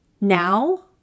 Now